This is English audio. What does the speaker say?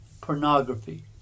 pornography